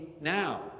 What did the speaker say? now